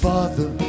Father